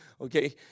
Okay